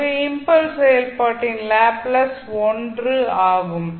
எனவே இம்பல்ஸ் செயல்பாட்டின் லாப்ளேஸ் 1 ஆகும்